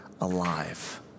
alive